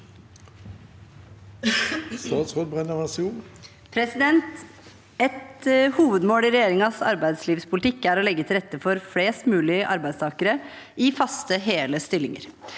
Et hovedmål i re- gjeringens arbeidslivspolitikk er å legge til rette for flest mulig arbeidstakere i faste og hele stillinger.